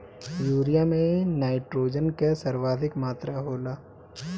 urea में nitrogen कअ सर्वाधिक मात्रा होला